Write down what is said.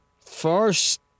first